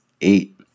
eight